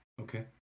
Okay